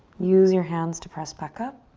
use your hands to press back up.